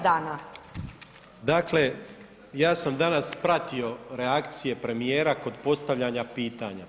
Dakle, ja sam danas pratio reakcije premijera kod postavljanja pitanja.